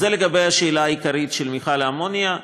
זה לגבי השאלה העיקרית של מכל האמוניה.